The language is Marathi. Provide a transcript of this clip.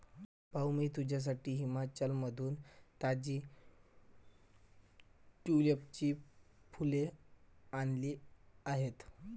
भाऊ, मी तुझ्यासाठी हिमाचलमधून ताजी ट्यूलिपची फुले आणली आहेत